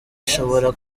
ishobora